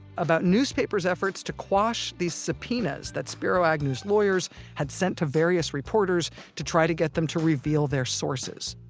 about newspapers' efforts to quash these subpoenas that spiro agnew's lawyers had sent to various reporters to try to get them to reveal their sources